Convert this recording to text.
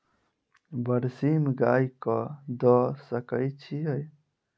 बरसीम गाय कऽ दऽ सकय छीयै?